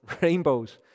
rainbows